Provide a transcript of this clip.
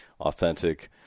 authentic